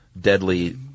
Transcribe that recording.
deadly